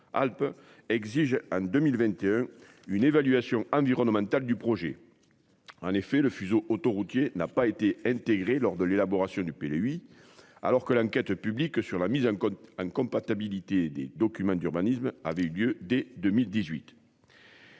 Alpes exige en 2021 une évaluation environnementale du projet. En effet le fuseau autoroutier n'a pas été intégré lors de l'élaboration du pays le lui alors que l'enquête publique sur la mise en cause hein compatibilité des documents d'urbanisme avait eu lieu dès 2018.